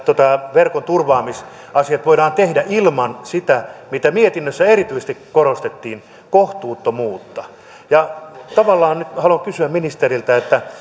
verkon turvaamisasiat voidaan tehdä ilman sitä mitä mietinnössä erityisesti korostettiin kohtuuttomuutta tavallaan haluan nyt kysyä ministeriltä